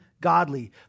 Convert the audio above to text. godly